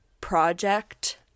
project